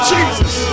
Jesus